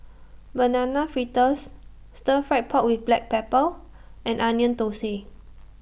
Banana Fritters Stir Fried Pork with Black Pepper and Onion Thosai